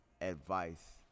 advice